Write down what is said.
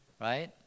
right